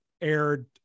aired